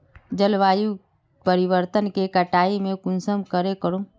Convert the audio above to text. जलवायु परिवर्तन के कटाई में कुंसम करे करूम?